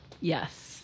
yes